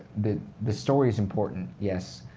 the the story is important, yes.